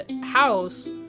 house